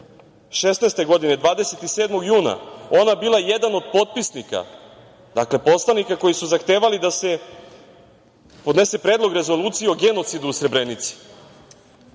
2016. godine, ona bila jedan od potpisnika, dakle poslanika koji su zahtevali da se podnese Predlog rezolucije o genocidu u Srebrenici.